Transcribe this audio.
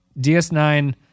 DS9